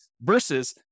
versus